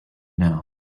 now